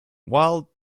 while